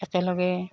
একেলগে